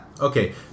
Okay